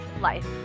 life